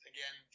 Again